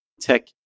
tech